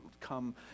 come